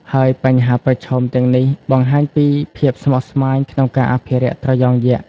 ហើយបញ្ហាប្រឈមទាំងនេះបង្ហាញពីភាពស្មុគស្មាញក្នុងការអភិរក្សត្រយងយក្ស។